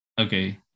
Okay